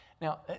Now